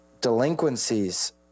delinquencies